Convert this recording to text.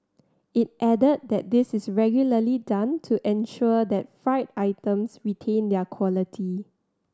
it added that this is regularly done to ensure that fried items retain their quality